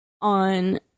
on